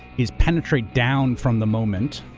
is penetrate down from the moment,